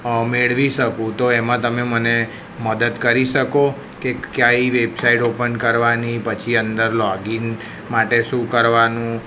મેળવી શકું તો એમાં તમે મને મદદ કરી શકો કે કઈ વેબસાઇટ ઓપન કરવાની પછી અંદર લૉગિન માટે શું કરવાનું